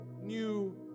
new